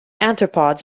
arthropods